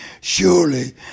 surely